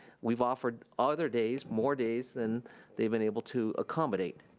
we've offered other days more days, than they've been able to accommodate,